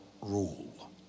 Rule